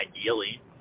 ideally